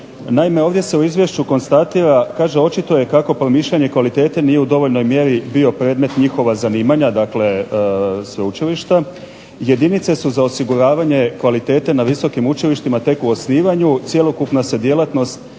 Naime, ovdje se u izvješću konstatira, kaže "Očito je kako promišljanje kvalitete nije u dovoljnoj mjeri bio predmet njihova zanimanja, dakle sveučilišta, jedinice su za osiguravanje kvalitete na visokim učilištima tek u osnivanju, cjelokupna se djelatnost